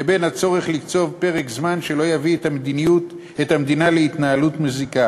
לבין הצורך לקצוב פרק זמן שלא יביא את המדינה להתנהלות מזיקה